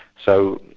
so,